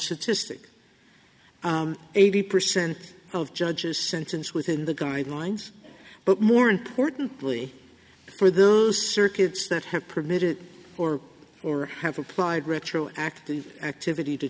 statistic eighty percent of judges sentence within the guidelines but more importantly for those circuits that have permitted or or have applied retroactive activity to